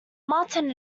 martin